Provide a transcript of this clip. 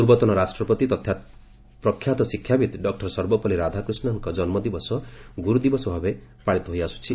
ପୂର୍ବତନ ରାଷ୍ଟ୍ରପତି ତଥା ପ୍ରଖ୍ୟାତ ଶିକ୍ଷାବିତ୍ ଡକ୍କର ସର୍ବପଲ୍ଲୀ ରାଧାକୃଷ୍ଣନଙ୍କ କନ୍କଦିବସ ଗୁରୁଦିବସ ଭାବେ ପାଳିତ ହୋଇ ଆସୁଛି